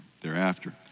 thereafter